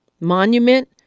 monument